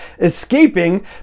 escaping